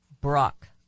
Brock